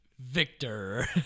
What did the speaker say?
Victor